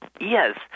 Yes